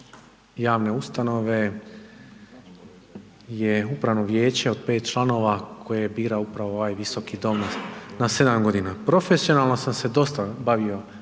javne ustanove, je Upravno vijeće od 5 članova, koje bira upravo ovaj Visoki dom na 7 g. Profesionalno sam se dosta bavio